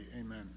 amen